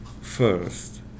first